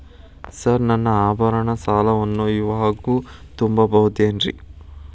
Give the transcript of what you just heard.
Sir ನನ್ನ ಆಭರಣ ಸಾಲವನ್ನು ಇವಾಗು ತುಂಬ ಬಹುದೇನ್ರಿ?